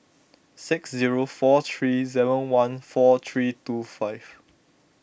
six zero four three seven one four three two five